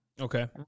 Okay